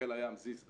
חיל הים זיס באילת,